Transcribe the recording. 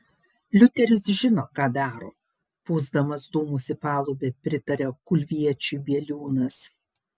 liuteris žino ką daro pūsdamas dūmus į palubę pritarė kulviečiui bieliūnas